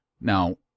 Now